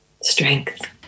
Strength